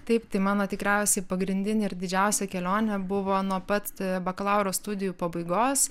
taip tai mano tikriausiai pagrindinė ir didžiausia kelionė buvo nuo pat bakalauro studijų pabaigos